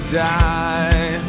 die